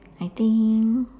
I think